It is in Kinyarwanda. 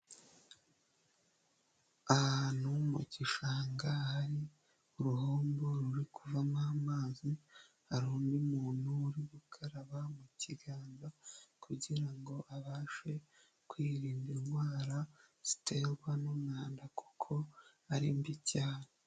Ahantu mu gishanga hari uruhombo ruri kuvamo amazi hari undi muntu uri gukaraba mu kiganza kugira ngo abashe kwirinda indwara ziterwa n'umwanda kuko ari mbi cyane.